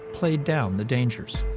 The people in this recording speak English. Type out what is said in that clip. played down the dangers.